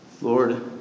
lord